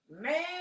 Man